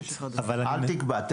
אל תקבע.